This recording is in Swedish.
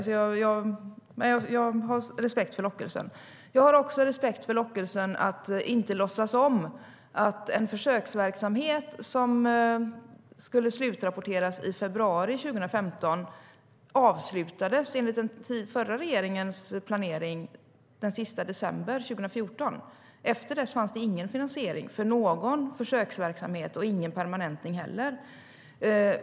Men jag har respekt för lockelsen. Jag har också respekt för lockelsen att inte låtsas om att den försöksverksamhet som skulle slutrapporteras i februari 2015 avslutades den 31 december 2014 i enlighet med den förra regeringens planering. Efter det fanns det ingen finansiering för någon försöksverksamhet eller någon permanentning.